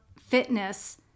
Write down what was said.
fitness